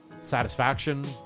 satisfaction